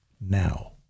now